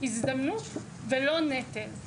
הזדמנות ולא נטל.